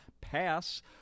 pass